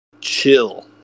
Chill